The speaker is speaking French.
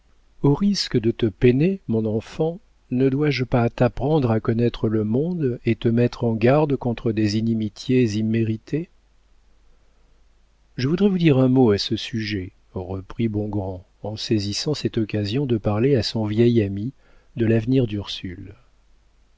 au risque de te peiner mon enfant ne dois-je pas t'apprendre à connaître le monde et te mettre en garde contre des inimitiés imméritées je voudrais vous dire un mot à ce sujet reprit bongrand en saisissant cette occasion de parler à son vieil ami de l'avenir d'ursule